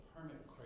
permit